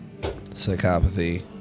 psychopathy